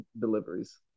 deliveries